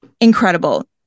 Incredible